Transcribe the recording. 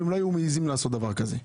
ואז הם לא היו מעזים לעשות דבר כזה.